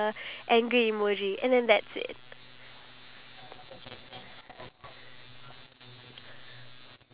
you're able to interact with different individuals who play the same game as you but at the same time you'll just